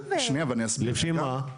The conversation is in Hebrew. לפי מה?